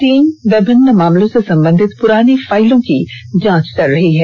team विभिन्न मामलों से संबंधित पुरानी फाइलों की जांच कर रही है